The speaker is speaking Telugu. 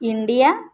ఇండియా